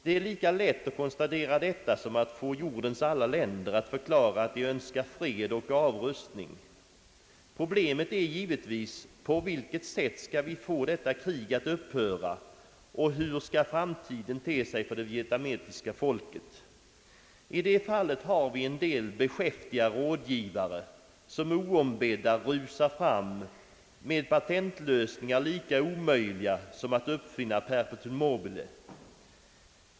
Det är lika lätt att konstatera detta som att få jordens alla länder att förklara att de önskar fred och avrustning. Problemet är givetvis på vilket sätt vi skall få detta krig att upphöra och hur framtiden skall te sig för det vietnamesiska folket. I det fallet har vi en del beskäftiga rådgivare som oombedda rusar fram med patentlösningar lika omöjliga som att uppfinna perpetuum mobile.